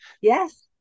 Yes